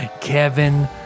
Kevin